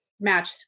match